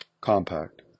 Compact